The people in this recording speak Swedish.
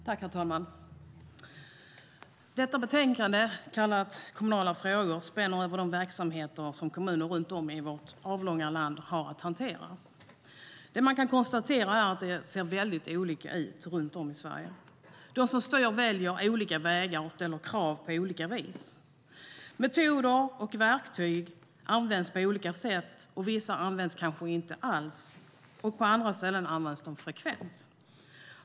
Herr talman! Detta betänkande, kallat Kommunala frågor , spänner över de verksamheter som kommuner runt om i vårt avlånga land har att hantera. Det man kan konstatera är att det ser väldigt olika ut runt om i Sverige. De som styr väljer olika vägar och ställer krav på olika vis. Metoder och verktyg används på olika sätt. Något kanske inte används alls på vissa ställen, och på andra ställen används det frekvent.